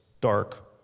dark